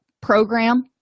program